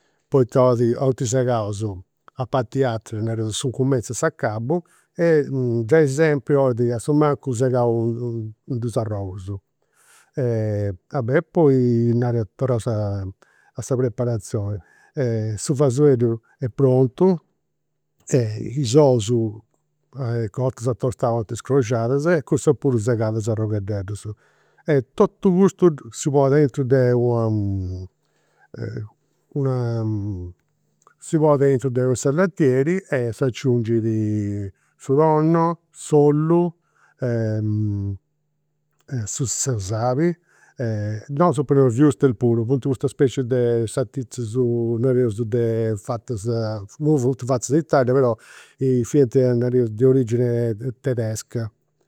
Poita 'olint segaus a parti e atera, nareus a su cumenzu e a s'acabu, giai sempri 'olit asumancus segau in dus arrogus. Ah beh e poi torraus a a sa preparazioni. Su fasobeddu est prontu e is ous, cotus a tostau 'olint scroxadas e cussas puru a arroghededdus. Totu custu si ponit aintru de una una, si ponit aintru de u' insalatieri e s'aciungit su tonno, s'ollu, sa sali, nosu poneus puru, funt custas specie de sartizzus, nareus de fatas, imui funt fatas in Italia però fiant, nareus, de origine tedesca.